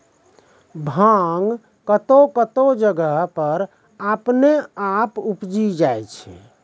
भांग कतौह कतौह जगह पर अपने आप उपजी जाय छै